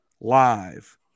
live